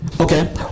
Okay